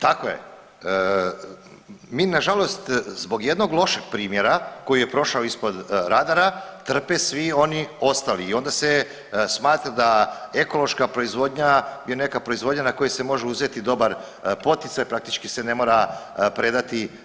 Tako je, mi nažalost zbog jednog lošeg primjera koji je prošao ispod radara trpe svi oni ostali i onda se smatra da ekološka proizvodnja je neka proizvodnja na kojoj se može uzeti dobar poticaj, praktički se ne mora predati.